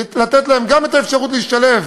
לתת להם גם את האפשרות להשתלב,